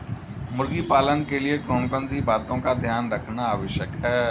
मुर्गी पालन के लिए कौन कौन सी बातों का ध्यान रखना आवश्यक है?